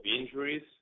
injuries